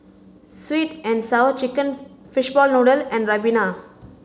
sweet and sour chicken fishball noodle and ribena